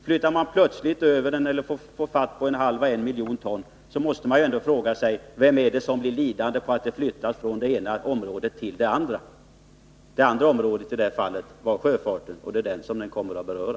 När man nu plötsligt flyttar över en last på en halv å en miljon ton, måste vi ändå fråga, vilka det är som blir lidande på att denna last flyttas från det ena området till det andra. Det ena området var i det här fallet sjöfarten, och det är den som åtgärden kommer att beröra.